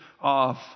off